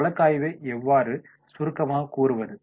வழக்காய்வை எவ்வாறு சுருக்கமாகக் கூறுவது